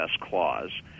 clause